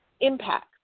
impact